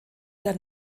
der